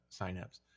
signups